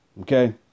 Okay